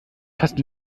fast